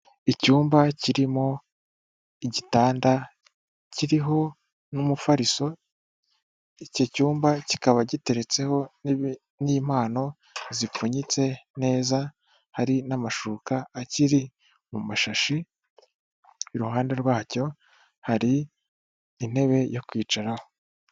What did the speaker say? Icyumba kirimo igitanda kiriho n'umufariso, icyo cyumba kikaba giteretseho n'impano zipfunyitse neza hari n'amashuka akiri mu mashashi, iruhande rwacyo hari intebe yo kwicaraho.